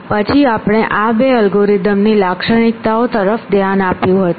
પછી આપણે આ બે અલ્ગોરિધમ ની લાક્ષણિકતાઓ તરફ ધ્યાન આપ્યું હતું